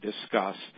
discussed